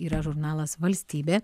yra žurnalas valstybė